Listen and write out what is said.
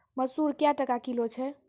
मसूर क्या टका किलो छ?